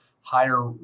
higher